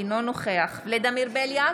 אינו נוכח ולדימיר בליאק,